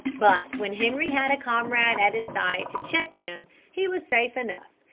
but when henri had a comrade at his side to check him he was safe enough,